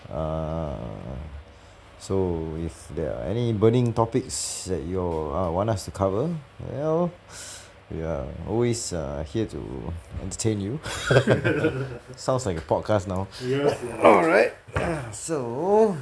err so if there are any burning topics that you all want us to cover well we are always err here to entertain you sounds like a podcast now alright so